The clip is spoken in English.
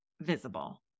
visible